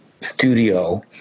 studio